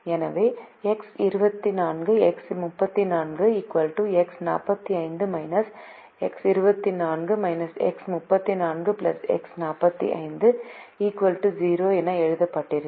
எனவே X24 X34 X45 X24 X34 X45 0 என எழுதப்பட்டுள்ளது